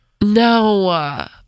No